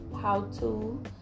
how-to